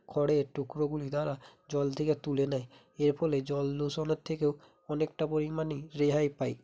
খড়ের টুকরোগুলি তারা জল থেকে তুলে নেয় এর ফলে জলদূষণের থেকেও অনেকটা পরিমাণই রেহাই পায়